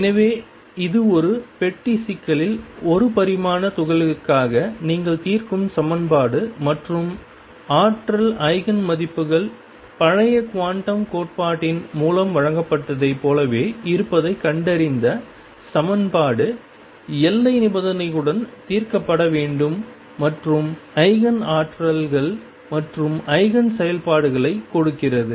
எனவே இது ஒரு பெட்டி சிக்கலில் ஒரு பரிமாண துகள்களுக்காக நீங்கள் தீர்க்கும் சமன்பாடு மற்றும் ஆற்றல் ஈஜென் மதிப்புகள் பழைய குவாண்டம் கோட்பாட்டின் மூலம் வழங்கப்பட்டதைப் போலவே இருப்பதைக் கண்டறிந்த சமன்பாடு எல்லை நிபந்தனைகளுடன் தீர்க்கப்பட வேண்டும் மற்றும் ஈஜென் ஆற்றல்கள் மற்றும் ஈஜென் செயல்பாடுகளை கொடுக்கிறது